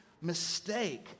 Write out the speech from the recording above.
mistake